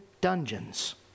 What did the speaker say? dungeons